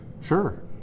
Sure